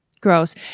Gross